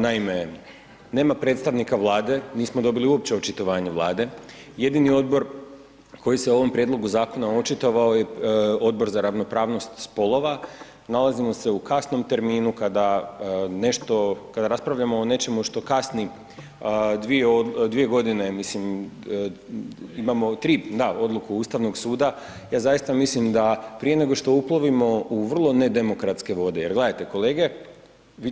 Naime, nema predstavnika Vlade, nismo dobili uopće očitovanje Vlade, jedini odbor koji se ovom prijedlogu zakona očitovao je Odbor za ravnopravnost spolova, nalazimo se u kasnom terminu, kada raspravljamo o nečemu što kasni 2 g. mislim, imamo 3, da, odluku Ustavnog suda, ja zaista mislim da prije nego što uplovimo u vrlo nedemokratske vode jer gledajte, kolege,